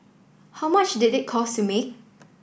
how much did it cost to make